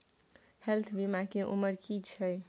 Health बीमा के उमर की छै?